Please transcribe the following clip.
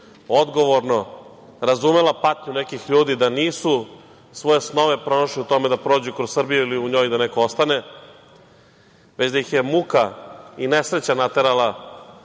odgovorno, razumela patnju nekih ljudi da nisu svoje snove pronašli u tome da prođu kroz Srbiju ili u njoj da neko ostane, već da ih je muka i nesreća naterala